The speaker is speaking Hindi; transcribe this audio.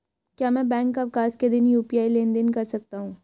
क्या मैं बैंक अवकाश के दिन यू.पी.आई लेनदेन कर सकता हूँ?